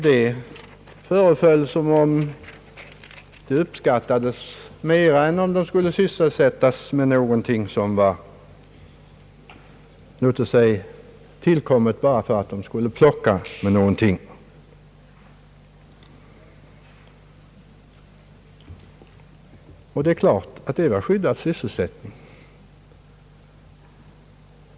Det föreföll som om den sysselsättningen uppskattades mera än någon annan sysselsättning som de hade fått bara för att ha någonting att plocka med. Det är klart att det var »skyddad sysselsättning».